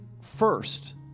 first